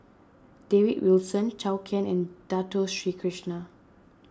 David Wilson Zhou Can and Dato Sri Krishna